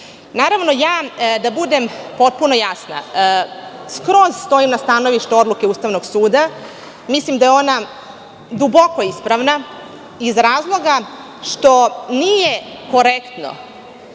isplativ. Da budem potpuno jasna, skroz stojim na stanovištu odluke Ustavnog suda. Mislim da je ona duboko ispravna iz razloga što nije korektno